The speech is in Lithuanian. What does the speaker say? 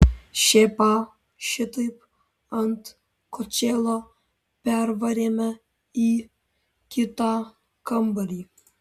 šėpą šitaip ant kočėlo pervarėme į kitą kambarį